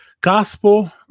Gospel